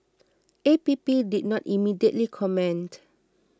A P P did not immediately comment